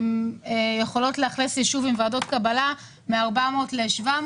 שיכולות לאכלס יישוב עם ועדות קבלה מ-400 ל-700.